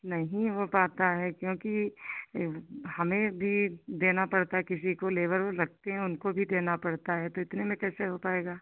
नहीं हो पाता है क्योंकि हमें भी देना पड़ता है किसी को लेबर लगते हैं उनको भी देना पड़ता है तो इतने में कैसे हो पाएगा